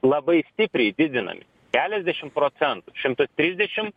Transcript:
labai stipriai didinami keliasdešim procentų šimtas trisdešim